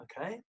Okay